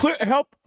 help